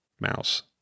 mouse